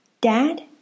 Dad